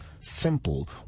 Simple